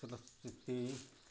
परिस्थिति